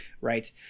right